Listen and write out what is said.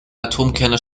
atomkerne